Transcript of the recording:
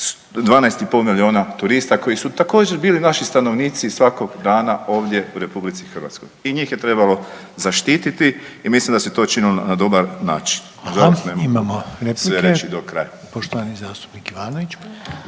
pol milijuna turista koji su također bili naši stanovnici svakog dana ovdje u Republici Hrvatskoj i njih je trebalo zaštititi. I mislim da se to učinilo na dobar način. **Reiner, Željko